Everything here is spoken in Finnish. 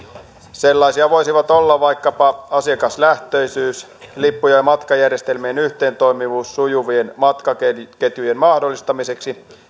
sellaisia voisivat olla vaikkapa asiakaslähtöisyys lippu ja ja matkajärjestelmien yhteentoimivuus sujuvien matkaketjujen mahdollistamiseksi